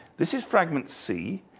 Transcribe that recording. this is fragment c,